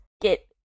get